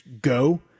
go